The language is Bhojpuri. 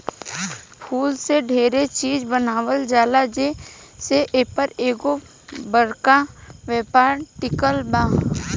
फूल से डेरे चिज बनावल जाला जे से एपर एगो बरका व्यापार टिकल बा